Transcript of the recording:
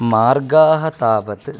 मार्गाः तावत्